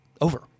over